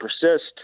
persist